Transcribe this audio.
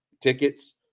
tickets